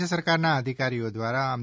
રાજ્ય સરકારના અધિકારીઓ દ્વારા અમ